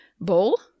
Bowl